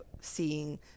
seeing